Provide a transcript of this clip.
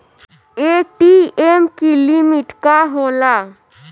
ATM की limit का होला?